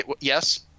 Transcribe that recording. yes